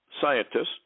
scientists